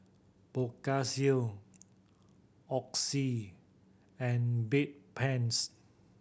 Blephagel Oxy and Bedpans